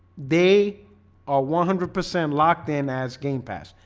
they are one hundred percent locked in as game pass.